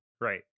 Right